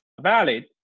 valid